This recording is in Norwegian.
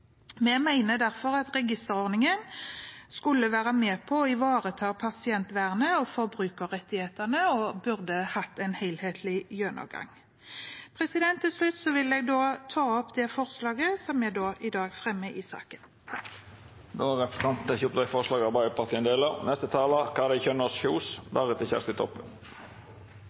Vi mener derfor at registerordningen skulle være med på å ivareta pasientvernet og forbrukerrettighetene, og at vi burde hatt en helhetlig gjennomgang. Til slutt vil jeg ta opp det forslaget som vi i dag fremmer i saken. Representanten Hege Haukeland Liadal har teke opp det forslaget